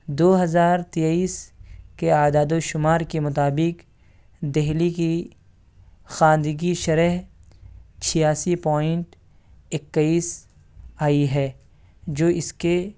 دو ہزار تیٮٔس کے اعداد و شمار کے مطابق دہلی کی خواندگی شرح چھیاسی پوائنٹ اکیس آئی ہے جو اس کے